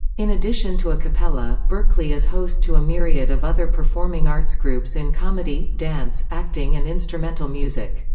in addition to a capella, berkeley is host to a myriad of other performing arts groups in comedy, dance, acting and instrumental music.